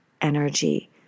energy